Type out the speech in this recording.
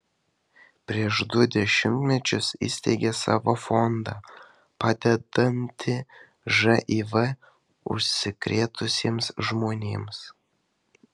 prieš du dešimtmečius įsteigė savo fondą padedantį živ užsikrėtusiems žmonėms